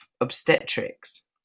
obstetrics